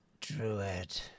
Druid